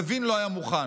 לוין לא היה מוכן,